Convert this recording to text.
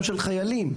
וחיילים.